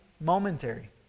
Momentary